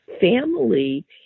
family